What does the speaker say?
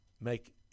make